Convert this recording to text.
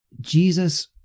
Jesus